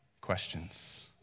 questions